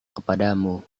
kepadamu